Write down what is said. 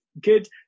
good